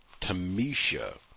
Tamisha